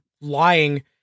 lying